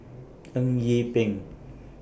Eng Yee Peng